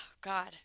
God